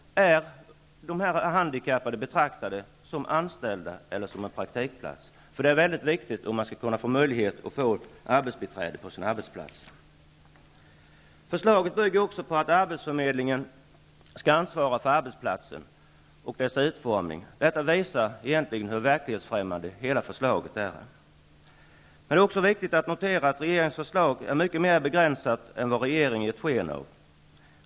Betraktas det som att de handikappade har ett arbete eller en praktikplats? Det är viktigt för frågan om de skall kunna få ett arbetsbiträde på sin arbetsplats. Förslaget bygger också på att arbetsförmedlingen skall ansvara för arbetsplatsen och dess utformning. Detta visar hur verklighetsfrämmande hela förslaget är. Det är också viktigt att notera att regeringens förslag är mycket mer begränsat än vad regeringen har gett sken av.